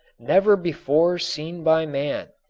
never before seen by man.